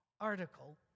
article